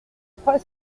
trois